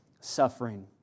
suffering